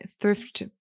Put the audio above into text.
thrift